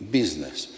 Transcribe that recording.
business